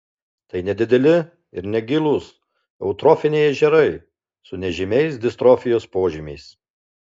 tai nedideli ir negilūs eutrofiniai ežerai su nežymiais distrofijos požymiais